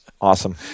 Awesome